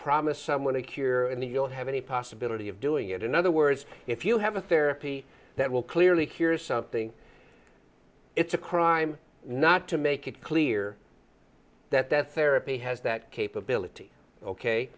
promise someone a cure in the you don't have any possibility of doing it in other words if you have a therapy that will clearly hear something it's a crime not to make it clear that that therapy has that capability ok